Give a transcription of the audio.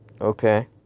okay